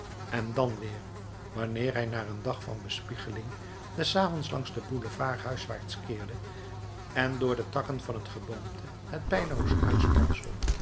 en dan weer wanneer hij na een dag van bespiegeling des avonds langs den boulevard huiswaarts keerde en door de takken van het geboomte het